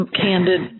candid